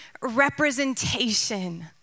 representation